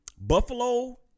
Buffalo